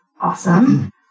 awesome